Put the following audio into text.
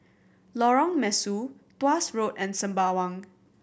Lorong Mesu Tuas Road and Sembawang